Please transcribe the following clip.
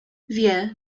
wie